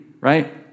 right